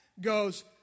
goes